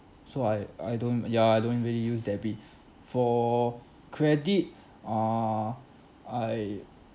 so I I don't uh ya I don't really use debit for credit err I